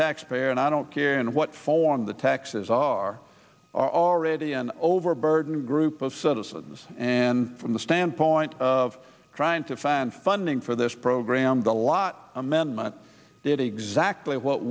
taxpayer and i don't care in what form the taxes are already overburdened group of citizens and from the standpoint of trying to find funding for this program the lot amendment did exactly what